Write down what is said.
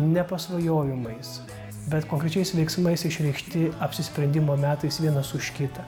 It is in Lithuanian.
ne pasvajojimais bet konkrečiais veiksmais išreikšti apsisprendimo metais vienas už kitą